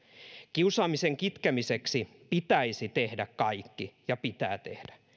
kiusaamisen kitkemiseksi pitäisi tehdä kaikki ja pitää tehdä